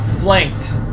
flanked